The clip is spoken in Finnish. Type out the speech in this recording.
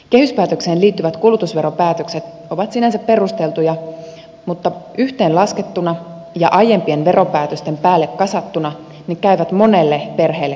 kehyspäätökseen liittyvät kulutusveropäätökset ovat sinänsä perusteltuja mutta yhteen laskettuna ja aiempien veropäätösten päälle kasattuna ne käyvät monelle perheelle kalliiksi